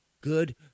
Good